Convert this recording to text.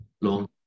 long